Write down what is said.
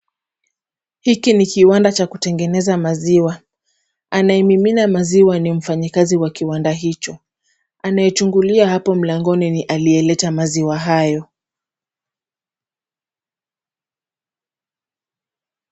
Hiki ni kiwanda cha kutengeneza maziwa. Anayemimina maziwa ni mfanyikazi wa kiwanda hicho. Anayechungulia hapo mlangoni ni aliyeleta maziwa hayo.